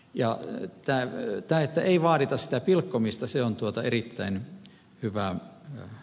ja tämä että ei vaadita pilkkomista on erittäin hyvä asia